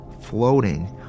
floating